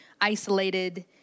isolated